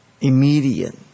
immediate